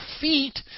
feet